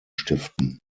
stiften